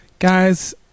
Guys